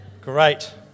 Great